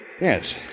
Yes